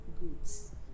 goods